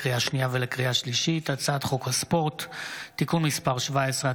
לקריאה שנייה ולקריאה שלישית: הצעת חוק הספורט (תיקון מס' 17),